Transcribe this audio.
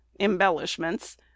embellishments